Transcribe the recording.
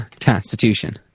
Constitution